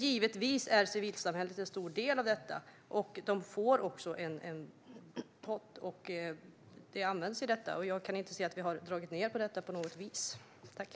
Givetvis är civilsamhället en stor del av detta, och man får också en pott som används till detta. Jag kan inte se att vi på något vis har dragit ned på det.